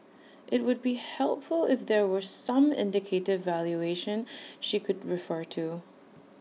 IT would be helpful if there were some indicative valuation she could refer to